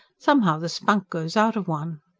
somehow the spunk goes out of one.